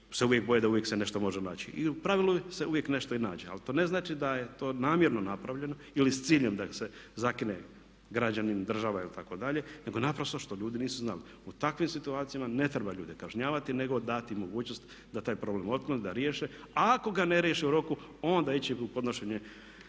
se uvijek boje da uvijek se nešto može naći. I u pravilu se uvijek nešto i nađe. Ali to ne znači da je to namjerno napravljeno ili s ciljem da se zakine građanin, država itd. nego naprosto što ljudi nisu znali. U takvim situacijama ne treba ljude kažnjavati nego dati mogućnost da taj problem otklone, da riješe a ako ga ne riješe u roku onda ići u podnošenje